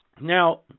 Now